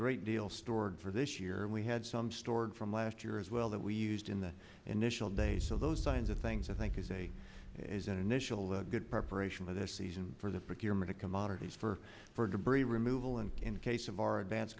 great deal stored for this year and we had some stored from last year as well that we used in the initial days so those kinds of things i think is a is an initial a good preparation for this season for the procurement of commodities for for debris removal and in case of our advance